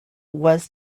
was